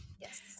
Yes